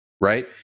right